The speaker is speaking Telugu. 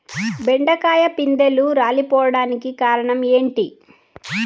బెండకాయ పిందెలు రాలిపోవడానికి కారణం ఏంటి?